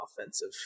offensive